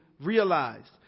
realized